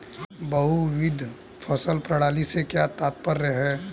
बहुविध फसल प्रणाली से क्या तात्पर्य है?